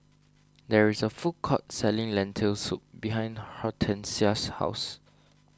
there is a food court selling Lentil Soup behind Hortencia's house